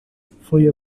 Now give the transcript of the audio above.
foi